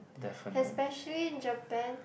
especially in Japan